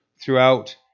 throughout